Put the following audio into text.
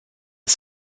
the